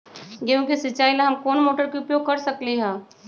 गेंहू के सिचाई ला हम कोंन मोटर के उपयोग कर सकली ह?